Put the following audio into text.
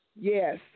yes